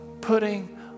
putting